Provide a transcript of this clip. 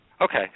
Okay